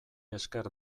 esker